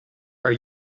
are